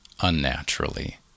unnaturally